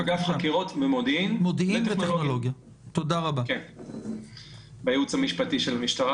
אגף חקירות ומודיעין וטכנולוגיה בייעוץ המשפטי של המשטרה.